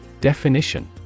Definition